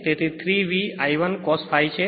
તેથી 3 V I 1 cos phi છે